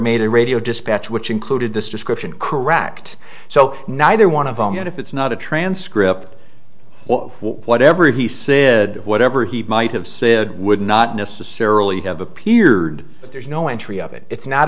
made a radio dispatch which included this description correct so neither one of them yet if it's not a transcript what whatever he said whatever he might have said would not necessarily have appeared but there's no entry of it it's not